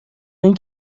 این